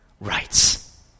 rights